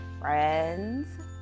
friends